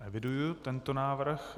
Eviduji tento návrh.